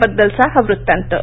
त्याबद्दलचा हा वृत्तांत